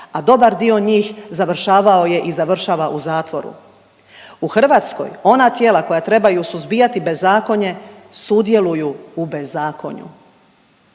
a dobar dio njih završavao je i završava u zatvoru. U Hrvatskoj ona tijela koja trebaju suzbijati bezakonje sudjeluju u bezakonju,